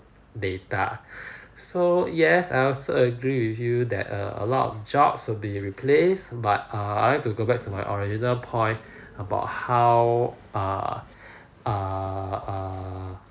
data so yes I also agree with you that uh a lot of jobs will be replaced but err I'd to go back to my original point about how err err err